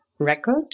record